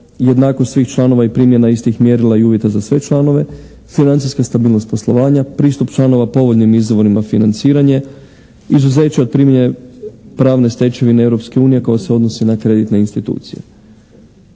jednakost svih članova i primjena istih mjerila i uvjeta za sve članove, financijska stabilnost poslovanja, pristup članova povoljnim izvorima financiranja, izuzeće od primjene pravne stečevine Europske unije koja se odnosi na kreditne institucije.